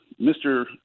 Mr